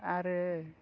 आरो